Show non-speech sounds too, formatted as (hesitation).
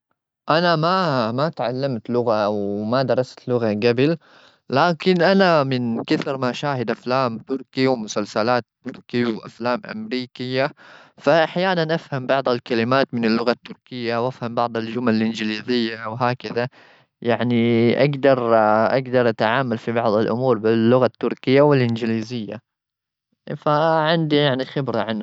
أنا ما (hesitation) تعلمت لغة وما درست لغة جبل. لكن أنا من (noise) كثر ما أشاهد (noise) أفلام تركي ومسلسلات (noise) تركي وأفلام أمريكية. فأحياناً أفهم بعض الكلمات من اللغة التركية وأفهم بعض الجمل (noise) الإنجليزية وهكذا. يعني (hesitation) أقدر، (hesitation) أقدر أتعامل في بعض الأمور باللغة التركية والإنجليزية. فعندي يعني خبرة عن.